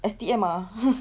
S_T_M ah